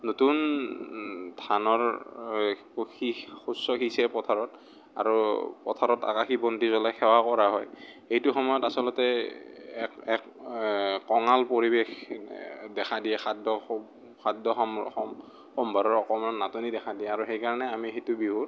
নতুন ধানৰ শস্য স সিঁচে পথাৰত আৰু পথাৰত আকাশী বন্তি জ্বলাই সেৱা কৰা হয় সেইটো সময়ত আচলতে এক এক কঙাল পৰিৱেশ দেখা দিয়ে সাত দহ অকনমাণ নাটনি দেখা দিয়ে আৰু সেইকাৰণে আমি সেইটো বিহুত